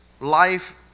life